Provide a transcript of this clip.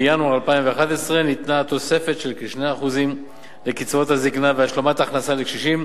בינואר 2011 ניתנה תוספת של כ-2% לקצבאות הזיקנה והשלמת הכנסה לקשישים,